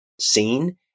seen